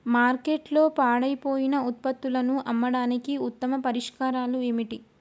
మార్కెట్లో పాడైపోయిన ఉత్పత్తులను అమ్మడానికి ఉత్తమ పరిష్కారాలు ఏమిటి?